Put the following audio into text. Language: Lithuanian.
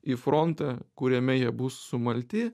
į frontą kuriame jie bus sumalti